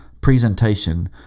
presentation